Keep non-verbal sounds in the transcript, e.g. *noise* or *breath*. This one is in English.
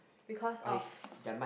because of *breath*